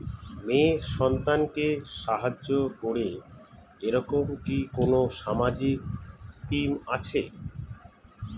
মেয়ে সন্তানকে সাহায্য করে এরকম কি কোনো সামাজিক স্কিম আছে?